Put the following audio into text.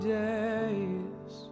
days